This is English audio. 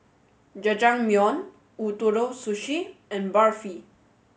Jajangmyeon Ootoro Sushi and Barfi